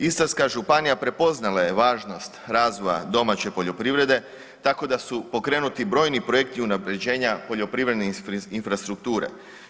Istarska županija prepoznala je važnost razvoja domaće poljoprivrede tako da su pokrenuti brojni projekti unaprjeđenja poljoprivredne infrastrukture.